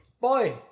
Boy